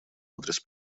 адрес